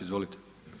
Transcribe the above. Izvolite.